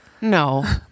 No